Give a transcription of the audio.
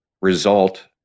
result